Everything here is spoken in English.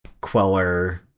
Queller